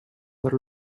per